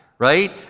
Right